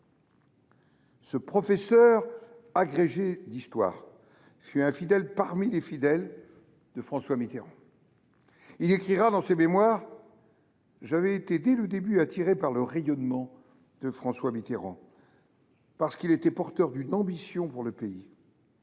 Ce professeur agrégé d’histoire fut un fidèle parmi les fidèles de François Mitterrand. Il écrivit dans ses mémoires :« J’avais été dès le début attiré par le rayonnement de François Mitterrand parce qu’il était porteur d’une ambition pour le pays.